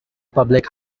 public